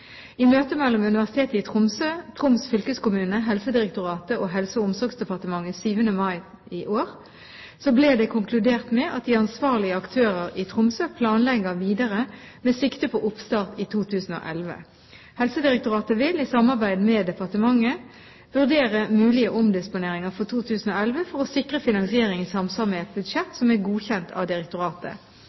I møtet mellom Universitetet i Tromsø, Troms fylkeskommune, Helsedirektoratet og Helse- og omsorgsdepartementet 7. mai i år ble det konkludert med at de ansvarlige aktører i Tromsø planlegger videre med sikte på oppstart i 2011. Helsedirektoratet vil, i samarbeid med departementet, vurdere mulige omdisponeringer for 2011 for å sikre finansiering i samsvar med et budsjett som er godkjent av direktoratet.